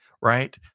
right